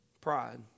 Pride